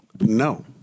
No